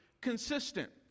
consistent